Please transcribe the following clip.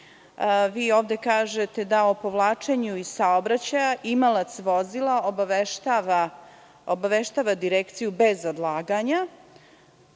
Vi ovde kažete da o povlačenju iz saobraćaja imalac vozila obaveštava Direkciju bez odlaganja,